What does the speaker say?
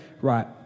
right